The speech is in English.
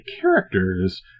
characters